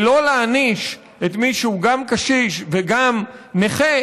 ולא להעניש את מי שהוא גם קשיש וגם נכה